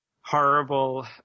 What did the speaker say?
horrible